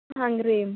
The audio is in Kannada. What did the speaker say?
ಹಂಗಾ ರೀ